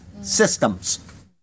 systems